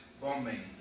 bombing